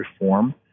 reform